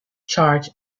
charge